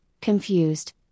confused